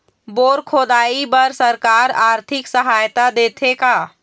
Bore खोदाई बर सरकार आरथिक सहायता देथे का?